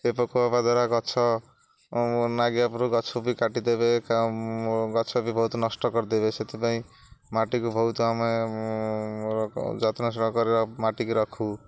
ଏ ପୋକ ହେବା ଦ୍ୱାରା ଗଛ ନାଗିଆ ପୂର୍ବରୁ ଗଛ ବି କାଟିଦେବେ ଗଛ ବି ବହୁତ ନଷ୍ଟ କରିଦେବେ ସେଥିପାଇଁ ମାଟିକୁ ବହୁତ ଆମେ ଯତ୍ନର ସହକାର ମାଟିକି ରଖୁ